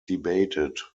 debated